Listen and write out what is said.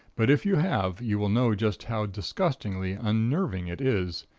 but if you have, you will know just how disgustingly unnerving it is.